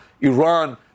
Iran